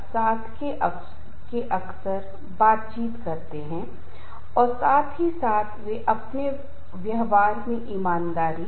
लेकिन उनके अच्छे गुणवत्ता वाले उत्पाद के बावजूद व्यक्तिगत प्रतिद्वंद्विता के कारण गुणवत्ता नियंत्रण विभाग उत्पादों को पारित नहीं कर सकता है और गुणवत्ता नियंत्रण विभाग उन सभी उत्पादोंको अस्वीकार कर सकता है जो वह करेगा